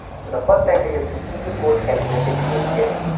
so the first tactic is to keep your goal calibrated to your skill.